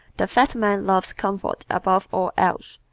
the fat man loves comfort above all else,